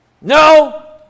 No